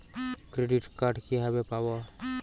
Credit card কিভাবে পাব?